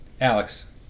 Alex